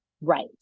right